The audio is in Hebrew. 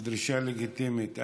דרישה לגיטימית.